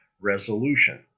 resolution